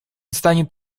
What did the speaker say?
станет